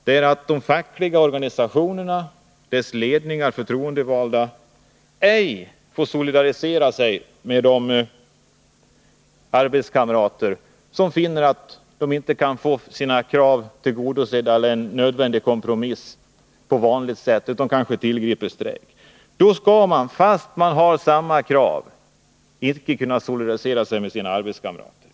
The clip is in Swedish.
Den går ut på att de fackliga organisationerna, deras ledningar och förtroendevalda ej får solidarisera sig med de arbetskamrater som kanske tillgriper strejk därför att de inte får sina krav tillgodosedda på vanligt sätt. Fast facket alltså har samma krav, skall det inte kunna solidarisera sig med sina arbetskamrater.